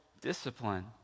discipline